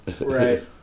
Right